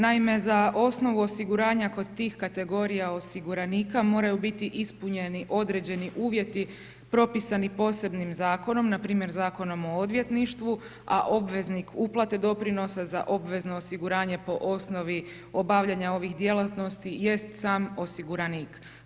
Naime, za osnovu osiguranja kod tih kategorija osiguranika moraju biti ispunjeni određeni uvjeti propisani posebnim zakonom npr. Zakonom o odvjetništvu, a obveznik uplate doprinosa za obvezno osiguranje po osnovi obavljanja ovih djelatnosti jest sam osiguranik.